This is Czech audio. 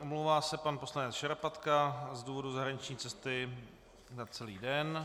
Omlouvá se pan poslanec Šarapatka z důvodu zahraniční cesty na celý den.